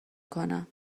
کنم